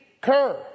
curve